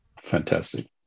Fantastic